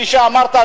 כפי שאמרת,